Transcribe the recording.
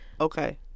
Okay